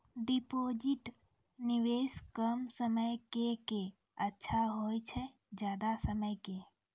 Deposit निवेश कम समय के के अच्छा होय छै ज्यादा समय के?